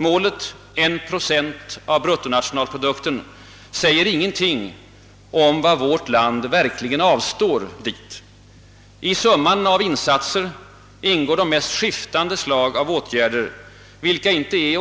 Målet 1 procent av bruttonationalprodukten säger ingenting om vad vårt land verkligen avstår till u-länderna. I summan av insatser ingår de mest skiftande slag av åtgärder, vilka inte är